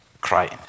crying